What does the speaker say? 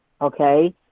okay